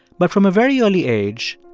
but from a very early age,